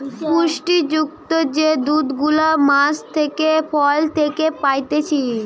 পুষ্টি যুক্ত যে দুধ গুলা গাছ থেকে, ফল থেকে পাইতেছে